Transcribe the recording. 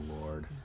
lord